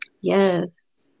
Yes